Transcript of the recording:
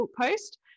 post